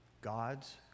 God's